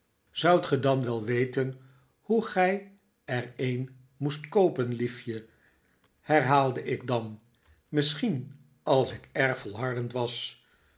ge dan wel weten hoe gij er een moest koopen liefje herhaalde ik dan misschien als ik erg volhardend was